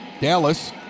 Dallas